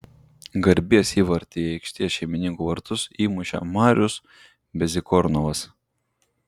garbės įvartį į aikštės šeimininkų vartus įmušė marius bezykornovas